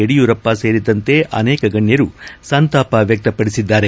ಯಡಿಯೂರಪ್ಪ ಸೇರಿದಂತೆ ಅನೇಕ ಗಣ್ಣರು ಸಂತಾಪಿ ವ್ಯಕ್ತಪಡಿಸಿದ್ದಾರೆ